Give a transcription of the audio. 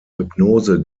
hypnose